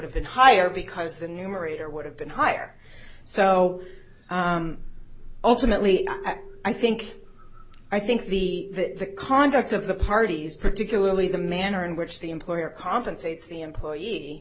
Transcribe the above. have been higher because the numerator would have been higher so ultimately i think i think the conduct of the parties particularly the manner in which the employer compensates the employee